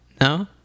No